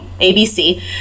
ABC